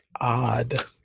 odd